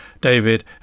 David